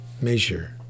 measure